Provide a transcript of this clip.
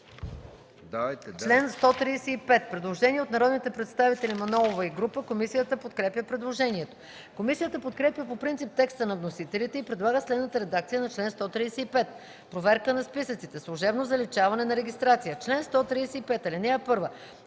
142 има предложение от народните представители Мая Манолова и група. Комисията подкрепя предложението. Комисията подкрепя по принцип текста на вносителите и предлага следната редакция на чл. 142: „Проверка на списъците. Служебно заличаване на регистрация Чл. 142. (1)